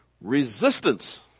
Resistance